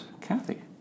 Kathy